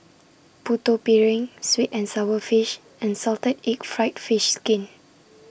Putu Piring Sweet and Sour Fish and Salted Egg Fried Fish Skin